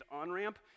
on-ramp